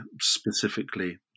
specifically